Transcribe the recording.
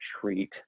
treat